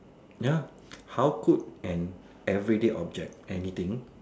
ya how could an everyday object anything